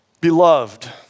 beloved